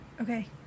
Okay